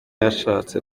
yashatse